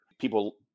people